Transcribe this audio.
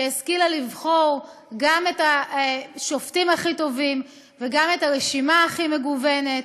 שהשכילה לבחור גם את השופטים הכי טובים וגם את הרשימה הכי מגוונת,